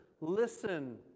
Listen